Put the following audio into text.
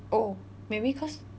oh maybe cause